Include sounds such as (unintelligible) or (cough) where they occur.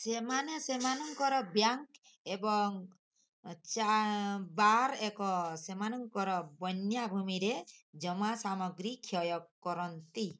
ସେମାନେ ସେମାନଙ୍କର ବ୍ୟାଙ୍କ ଏବଂ (unintelligible) ବାର୍ ଏବଂ ସେମାନଙ୍କର ବନ୍ୟା ଭୂମିରେ ଜମା ସାମଗ୍ରୀ କ୍ଷୟ କରନ୍ତି